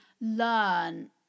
learn